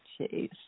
Jeez